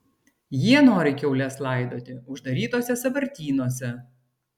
jie nori kiaules laidoti uždarytuose sąvartynuose